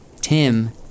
Tim